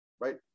right